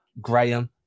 Graham